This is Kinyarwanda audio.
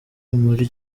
buri